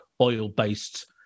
oil-based